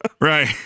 Right